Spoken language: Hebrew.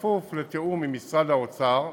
כפוף לתיאום עם משרד האוצר,